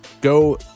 go